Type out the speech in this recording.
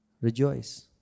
Rejoice